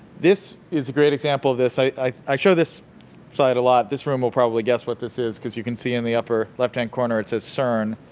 this is a great example of this. i i show this slide a lot. this room will probably guess what this is cause you can see in the upper left hand corner, it says cern.